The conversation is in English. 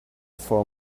for